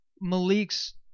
Malik's